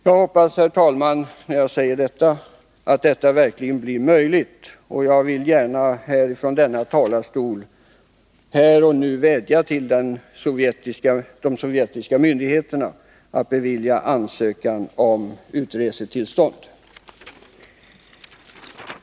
Jag hoppas, herr talman, att det verkligen blir möjligt. Jag vill gärna här och nu, från denna talarstol, vädja till de sovjetiska myndigheterna att bevilja ansökan om utresetillstånd.